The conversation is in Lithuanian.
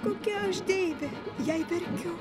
kokia aš deivė jei verkiu